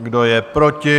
Kdo je proti?